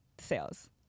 sales